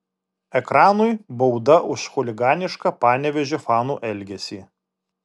ekranui bauda už chuliganišką panevėžio fanų elgesį